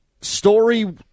Story